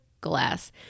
glass